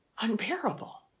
unbearable